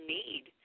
need